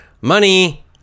money